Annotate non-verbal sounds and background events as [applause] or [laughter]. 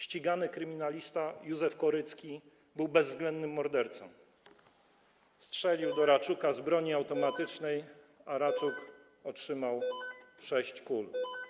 Ścigany kryminalista Józef Korycki był bezwzględnym mordercą, strzelił [noise] do Raczuka z broni automatycznej, a Raczuk otrzymał sześć kul.